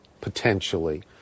potentially